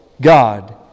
God